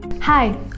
Hi